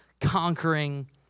conquering